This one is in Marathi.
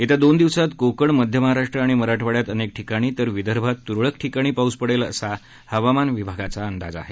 येत्या दोन दिवसांत कोकण मध्य महाराष्ट्र आणि मराठवाड्यात अनेक ठिकाणी तर विदर्भात तुरळक ठिकाणी पाऊस पडेल असा हवामान विभागाचा अंदाज आहे